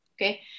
Okay